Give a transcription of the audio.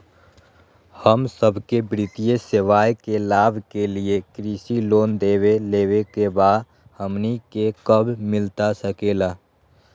हम सबके वित्तीय सेवाएं के लाभ के लिए कृषि लोन देवे लेवे का बा, हमनी के कब मिलता सके ला?